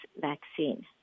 vaccine